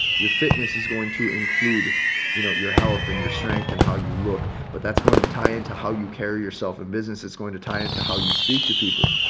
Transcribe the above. your fitness is going to include you know, your health and your strength and how you look. but that's going to tie into how you carry yourself in business, it's going to tie into how you speak to people.